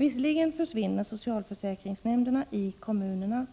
Visserligen försvinner socialförsäkringsnämnderna i kommunerna,